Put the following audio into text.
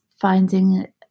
finding